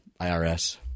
IRS